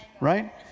right